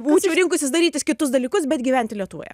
būčiau rinkusis darytis kitus dalykus bet gyventi lietuvoje